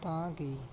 ਤਾਂ ਕਿ